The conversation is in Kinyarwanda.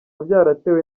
byaratewe